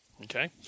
okay